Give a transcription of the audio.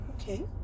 Okay